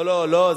לא, לא, לא.